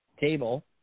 table